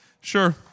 sure